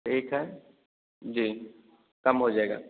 ठीक है जी कम हो जाएगा